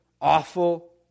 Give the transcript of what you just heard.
awful